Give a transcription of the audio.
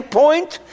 point